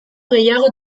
gehiago